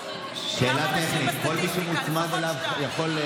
שאלה טכנית: כל מי שמוצמד אליו יכול,